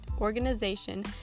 organization